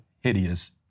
hideous